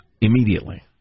immediately